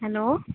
hello